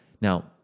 Now